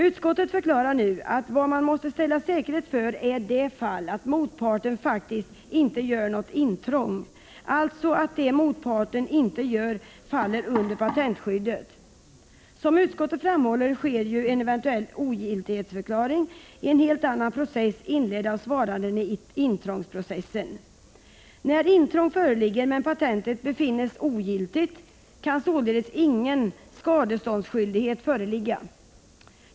Utskottet förklarar nu att vad man måste ställa säkerhet för är det fall att motparten faktiskt inte gör något intrång, alltså att det motparten gör inte faller under patentskyddet. Som utskottet framhåller sker ju en eventuell ogiltighetsförklaring i en helt annan process, inledd av svaranden i intrångsprocessen. När intrång föreligger men patentet befinns ogiltigt, kan således ingen skadeståndsskyldighet föreligga.